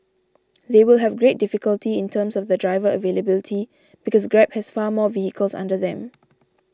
they will have great difficulty in terms of the driver availability because Grab has far more vehicles under them